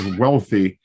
wealthy